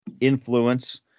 influence